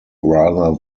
rather